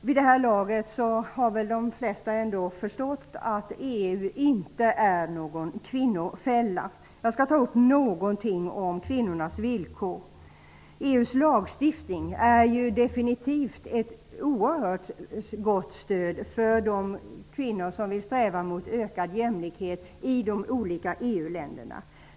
Vid det här laget har nog de flesta förstått att EU inte är någon kvinnofälla. Jag skall ta upp något om kvinnornas villkor. EU:s lagstiftning är definitivt ett oerhört gott stöd för de kvinnor som strävar mot ökad jämlikhet i de olika EU-länderna.